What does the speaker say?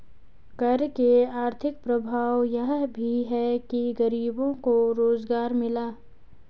कर के आर्थिक प्रभाव यह भी है कि गरीबों को रोजगार मिला